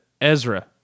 Ezra